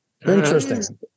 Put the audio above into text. Interesting